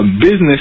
business